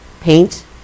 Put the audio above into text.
paint